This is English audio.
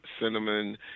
Cinnamon